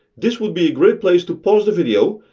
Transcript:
this would be a great place to pause the video,